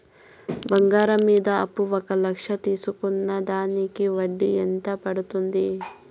బంగారం మీద అప్పు ఒక లక్ష తీసుకున్న దానికి వడ్డీ ఎంత పడ్తుంది?